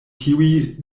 tiuj